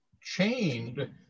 chained